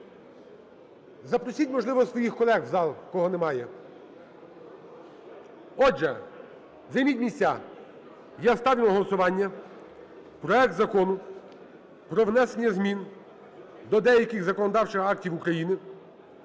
запросіть, можливо, своїх колег в зал, кого немає. Отже, займіть місця. Я ставлю на голосування проект Закону про внесення змін до деяких законодавчих актів України